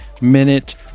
minute